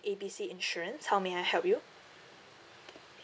A B C insurance how may I help you